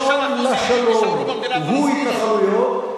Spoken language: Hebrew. שהמחסום לשלום הוא התנחלויות,